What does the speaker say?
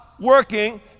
working